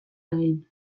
egin